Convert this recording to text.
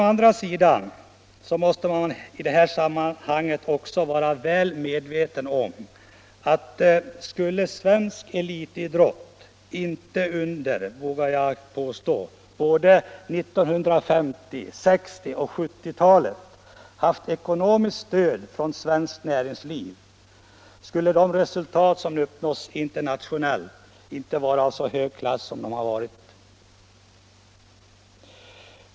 Å andra sidan måste vi vara medvetna om att hade svensk elitidrott under 1950-, 1960 och 1970-talen inte haft ekonomiskt stöd från svenskt näringsliv hade de resultat som uppnåtts internationellt inte varit av så hög klass som de varit.